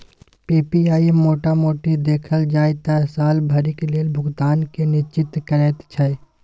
PPI मोटा मोटी देखल जाइ त साल भरिक लेल भुगतान केँ निश्चिंत करैत छै